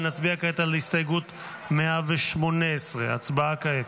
נצביע כעת על הסתייגות 118. הצבעה כעת.